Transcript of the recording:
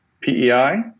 PEI